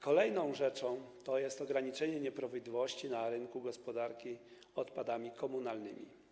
Kolejną rzeczą jest ograniczenie nieprawidłowości na rynku gospodarki odpadami komunalnymi.